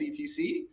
CTC